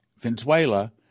Venezuela